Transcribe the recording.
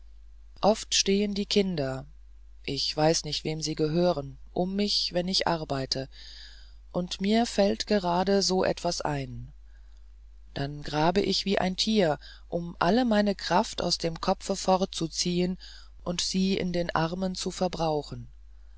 oft stehen die kinder ich weiß nicht wem sie gehören um mich wenn ich arbeite und mir fällt gerade so etwas ein dann grabe ich wie ein tier um alle meine kraft aus dem kopfe fortzuziehen und sie in den armen zu verbrauchen